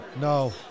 No